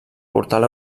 portal